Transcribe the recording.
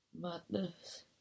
Madness